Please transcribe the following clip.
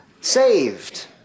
saved